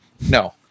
no